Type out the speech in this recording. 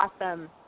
awesome